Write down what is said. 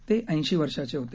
ते ऐशी वर्षांचे होते